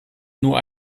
nur